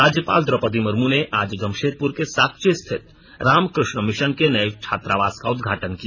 राज्यपाल द्रौपदी मुर्मू ने आज जमशेदपुर के साकची स्थित रामकृष्ण मिशन के नये छात्रावास का उदघाटन किया